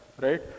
right